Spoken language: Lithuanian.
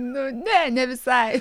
nu ne ne visai